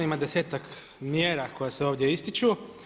Ima desetak mjera koje se ovdje ističu.